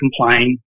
complain